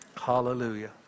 Hallelujah